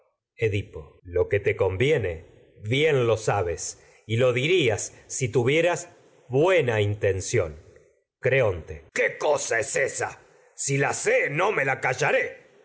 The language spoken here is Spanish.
lo que ignoro que te conviene bien lo intención sabes y lo di rías si tuvieras buena creonte llaré edipo qué cosa es ésa si la sé no me la